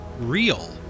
real